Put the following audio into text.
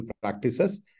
practices